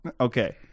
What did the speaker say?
Okay